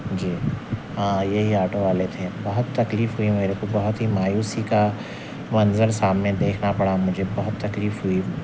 جی ہاں یہی آٹو والے تھے بہت تکلیف دیے میرے کو بہت ہی مایوسی کا منظر سامنے دیکھنا پڑا مجھے بہت تکلیف ہوئی